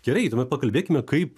gerai tuomet pakalbėkime kaip